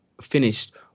finished